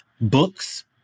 books